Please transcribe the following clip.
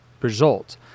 result